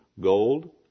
gold